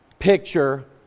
picture